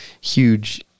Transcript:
huge